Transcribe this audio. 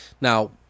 Now